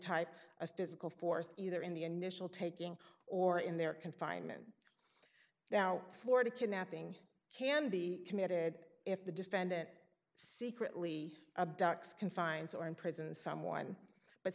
type of physical force either in the initial taking or in their confinement now florida kidnapping can be committed if the defendant secretly a duck's confines or imprison someone but